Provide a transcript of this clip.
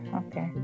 okay